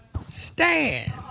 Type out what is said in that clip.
stand